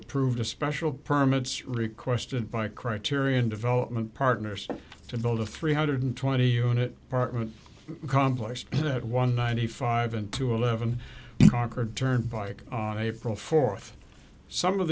approved a special permits requested by criterion development partners to build a three hundred twenty unit apartment complex that one ninety five and to eleven talker turnpike on april fourth some of